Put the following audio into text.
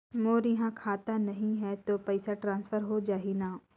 मोर इहां खाता नहीं है तो पइसा ट्रांसफर हो जाही न?